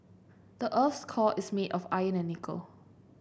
the earth's core is made of iron and nickel